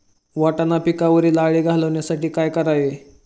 वाटाणा पिकावरील अळी घालवण्यासाठी काय करावे?